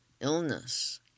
illness